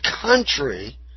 country